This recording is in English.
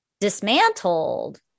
dismantled